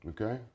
Okay